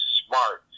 smart